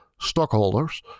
stockholders